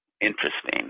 interesting